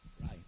Right